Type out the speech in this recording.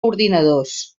ordinadors